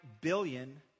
billion